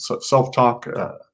self-talk